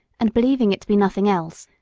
and, believing it to be nothing else,